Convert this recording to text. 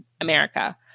America